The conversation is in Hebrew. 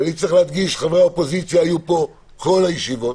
ואני צריך להדגיש שחברי האופוזיציה היו כאן כל הישיבות,